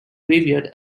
graveyard